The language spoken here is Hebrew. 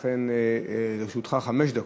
ולכן לרשותך חמש דקות.